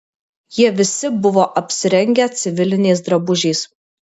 jie visi buvo apsirengę civiliniais drabužiais